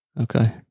Okay